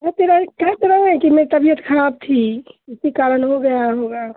کہہ تو رہے ہیں کہ میری طبیعت خراب تھی اسی کارن ہو گیا ہوگا